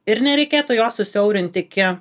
ir nereikėtų jo susiaurint iki